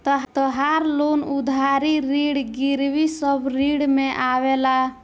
तहार लोन उधारी ऋण गिरवी सब ऋण में आवेला